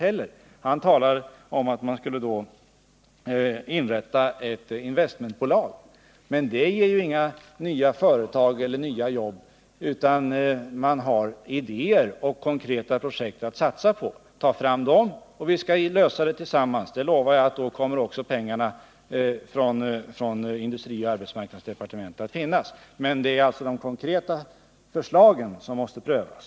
Arne Nygren talar om inrättandet av ett investmentbolag, men det innebär inte nya företag eller nya jobb. Det behövs idéer och konkreta projekt att satsa på. Ta fram dem så skall vi arbeta på dem tillsammans. Jag lovar att då kommer också industrioch arbetsmarknadsdepartementen att se till att medel finns. Det är alltså de konkreta förslagen som måste prövas.